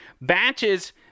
Batches